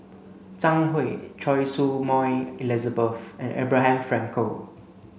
Zhang Hui Choy Su Moi Elizabeth and Abraham Frankel